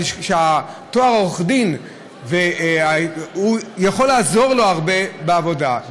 התואר עורך דין יכול לעזור לו הרבה בעבודה.